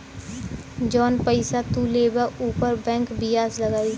जौन पइसा तू लेबा ऊपर बैंक बियाज लगाई